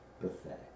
Pathetic